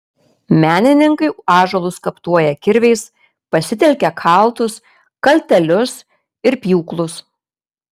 menininkai ąžuolus skaptuoja kirviais pasitelkia kaltus kaltelius ir pjūklus